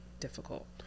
difficult